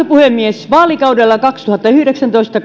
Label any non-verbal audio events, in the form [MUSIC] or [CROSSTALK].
[UNINTELLIGIBLE] puhemies vaalikaudella kaksituhattayhdeksäntoista [UNINTELLIGIBLE]